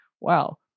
Wow